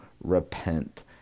repent